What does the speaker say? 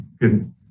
good